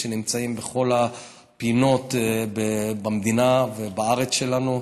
שנמצא בכל הפינות במדינה ובארץ שלנו.